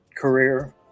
career